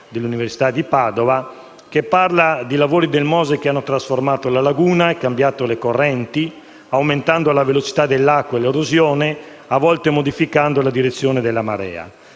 dell'Università di Padova, secondo il quale i lavori del MOSE hanno trasformato la laguna e cambiato le correnti aumentando la velocità dell'acqua e l'erosione, a volte modificando la direzione delle maree,